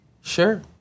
Sure